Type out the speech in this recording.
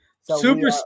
super